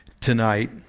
tonight